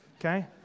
Okay